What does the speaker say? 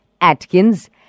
Atkins